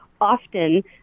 often